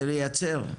זה לייצר,